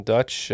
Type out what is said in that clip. Dutch